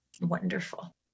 wonderful